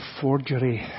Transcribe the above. forgery